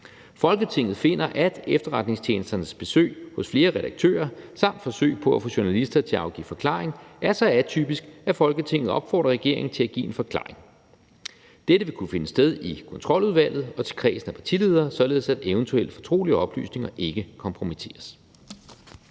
Folketinget finder, at efterretningstjenesternes besøg hos flere redaktører samt forsøg på at få journalister til at afgive forklaring er så atypisk, at Folketinget opfordrer regeringen til at give en forklaring. Dette vil kunne finde sted i Kontroludvalget og til kredsen af partiledere, således at eventuelle fortrolige oplysninger ikke kompromitteres.«